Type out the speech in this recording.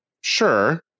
sure